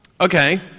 Okay